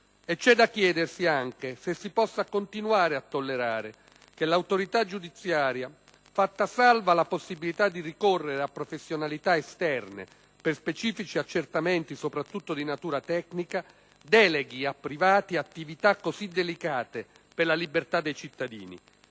C'è da chiedersi anche se si possa continuare a tollerare che l'autorità giudiziaria, fatta salva la possibilità di ricorrere a professionalità esterne per specifici accertamenti soprattutto di natura tecnica, deleghi a privati attività così delicate per la libertà dei cittadini,